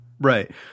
Right